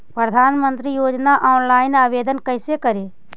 प्रधानमंत्री योजना ला ऑनलाइन आवेदन कैसे करे?